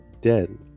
dead